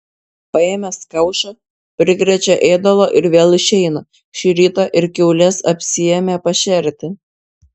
paėmęs kaušą prikrečia ėdalo ir vėl išeina šį rytą ir kiaules apsiėmė pašerti